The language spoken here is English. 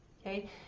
okay